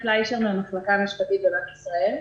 אני מהמחלקה המשפטית בבנק ישראל.